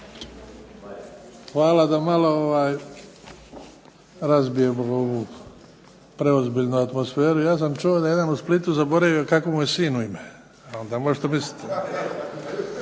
Hvala. Da malo razbijemo ovu preozbiljnu atmosferu. Ja sam čuo da je jedan u Splitu zaboravio kako mu je sinu ime, pa onda možete misliti.